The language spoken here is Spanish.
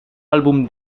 álbum